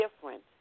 different